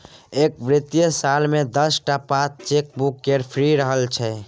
एक बित्तीय साल मे दस टा पात चेकबुक केर फ्री रहय छै